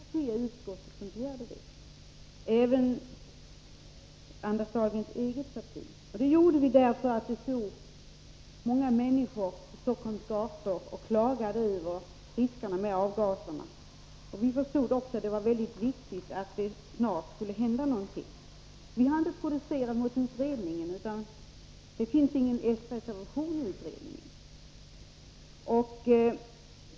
Herr talman! Jag vill gärna säga att när vi begärde ett åtgärdsprogram 1979 var inte socialdemokraterna ensamma, utan alla partier i utskottet begärde det — även Anders Dahlgrens eget parti. Vi gjorde det därför att det stod många människor på Stockholms gator och klagade över riskerna med avgaserna. Vi förstod också att det var väldigt viktigt att det snart hände någonting. Vi har inte protesterat mot utredningen. Det finns ingen s-reservation i utredningen.